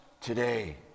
today